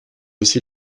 aussi